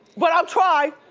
but i'll try.